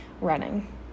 running